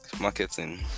marketing